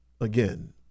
Again